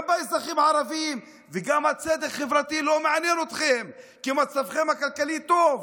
גם באזרחים הערבים וגם הצדק החברתי לא מעניין אתכם כי מצבכם הכלכלי טוב,